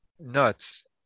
Nuts